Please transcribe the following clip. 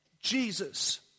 Jesus